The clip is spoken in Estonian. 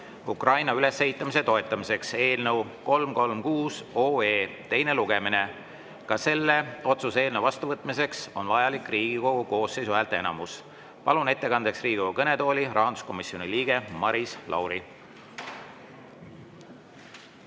Ukraina ülesehitamise toetamiseks" eelnõu 336 teine lugemine. Ka selle otsuse eelnõu vastuvõtmiseks on vajalik Riigikogu koosseisu häälteenamus. Palun ettekandeks Riigikogu kõnetooli rahanduskomisjoni liikme Maris Lauri.